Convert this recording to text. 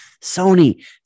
sony